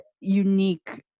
unique